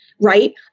right